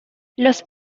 los